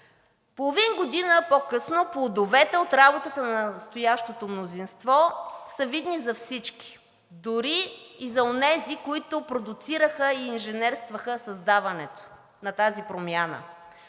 Половин година по-късно плодовете от работата на настоящото мнозинство са видни за всички, дори и за онези, които продуцираха и инженерстваха създаването на тази промяна.